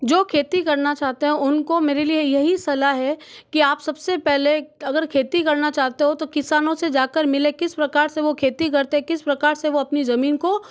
जो खेती करना चाहते हैं उनको मेरे लिए यही सलाह है कि आप सबसे पहले अगर खेती करना चाहते हो तो किसानों से जाकर मिलें किस प्रकार से वो खेती करते किस प्रकार से वो अपनी जमीन को